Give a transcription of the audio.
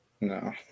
No